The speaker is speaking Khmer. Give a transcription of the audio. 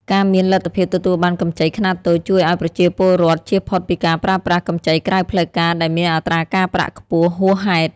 ការមានលទ្ធភាពទទួលបានកម្ចីខ្នាតតូចជួយឱ្យប្រជាពលរដ្ឋចៀសផុតពីការប្រើប្រាស់កម្ចីក្រៅផ្លូវការដែលមានអត្រាការប្រាក់ខ្ពស់ហួសហេតុ។